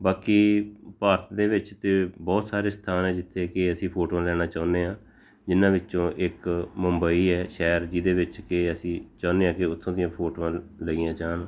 ਬਾਕੀ ਭਾਰਤ ਦੇ ਵਿੱਚ ਤਾਂ ਬਹੁਤ ਸਾਰੇ ਸਥਾਨ ਆ ਜਿੱਥੇ ਕਿ ਅਸੀਂ ਫੋਟੋਆਂ ਲੈਣਾ ਚਾਹੁੰਦੇ ਹਾਂ ਜਿਹਨਾਂ ਵਿੱਚੋਂ ਇੱਕ ਮੁੰਬਈ ਹੈ ਸ਼ਹਿਰ ਜਿਹਦੇ ਵਿੱਚ ਕਿ ਅਸੀਂ ਚਾਹੁੰਦੇ ਹਾਂ ਕਿ ਉੱਥੋਂ ਦੀਆਂ ਫੋਟੋਆਂ ਲਈਆਂ ਜਾਣ